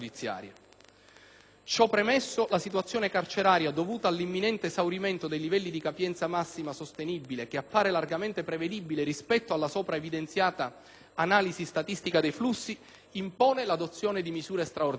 Ciò premesso, la situazione carceraria dovuta all'imminente raggiungimento dei livelli di capienza massima sostenibile, che appare largamente prevedibile rispetto alla sopra evidenziata analisi statistica dei flussi, impone l'adozione di misure straordinarie.